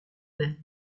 vin